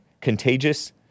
contagious